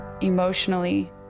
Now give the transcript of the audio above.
emotionally